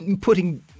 putting